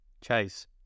chase